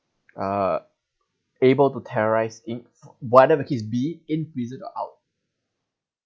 uh able to terrorise in for whatever he's be in prison or out